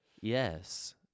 Yes